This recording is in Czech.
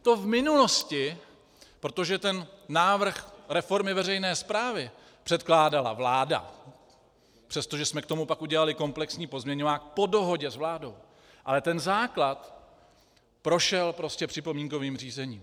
To v minulosti, protože ten návrh reformy veřejné správy předkládala vláda, přestože jsme k tomu pak udělali komplexní pozměňovák, po dohodě s vládou, ale ten základ prošel připomínkovým řízením.